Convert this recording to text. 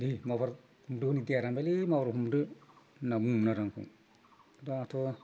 दै माबार हमदो नै दैया रानबायलै माबार हमदो होनना बुङोमोन आरो आंखौ दाथ'